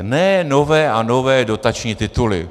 Ne nové a nové dotační tituly.